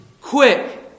quick